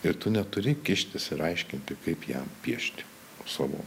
ir tu neturi kištis ir aiškinti kaip jam piešti savo